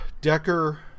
Decker